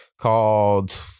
called